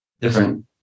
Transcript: different